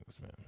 man